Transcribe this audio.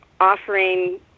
offering